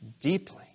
deeply